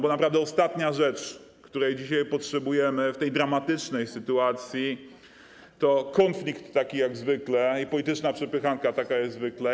Bo naprawdę ostatnią rzeczą, jakiej dzisiaj potrzebujemy w tej dramatycznej sytuacji, jest konflikt taki jak zwykle i polityczna przepychanka taka jak zwykle.